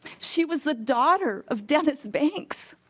she was the daughter of dennis banks